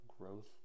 growth